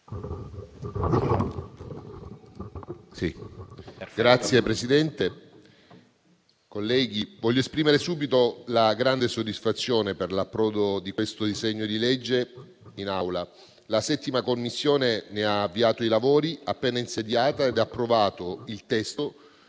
Signor Presidente, colleghi, voglio esprimere subito la grande soddisfazione per l'approdo di questo disegno di legge in Aula. La 7a Commissione ne ha avviato l'esame appena insediata e ha approvato il testo